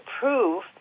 prove